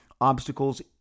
obstacles